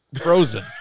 frozen